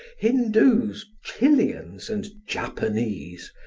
hindoos, chilians and japanese.